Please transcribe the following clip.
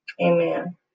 amen